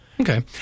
Okay